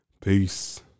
Peace